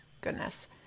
Goodness